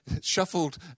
shuffled